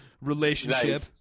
relationship